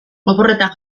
oporretan